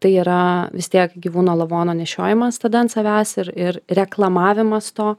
tai yra vis tiek gyvūno lavono nešiojimas tada ant savęs ir ir reklamavimas to